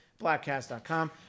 BlackCast.com